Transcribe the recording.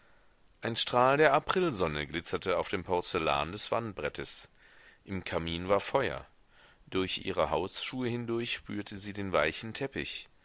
ein strahl der aprilsonne glitzerte auf dem porzellan des wandbrettes im kamin war feuer durch ihre hausschuhe hindurch spürte sie den weichen teppich